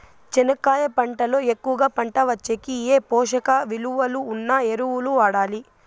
చెనక్కాయ పంట లో ఎక్కువగా పంట వచ్చేకి ఏ పోషక విలువలు ఉన్న ఎరువులు వాడాలి?